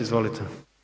Izvolite.